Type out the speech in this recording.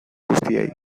guztiei